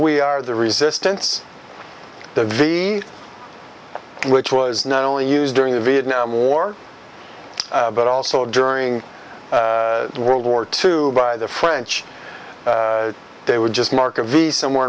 we are the resistance the v which was no use during the vietnam war but also during world war two by the french they would just mark a v somewhere